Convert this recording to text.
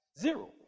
Zero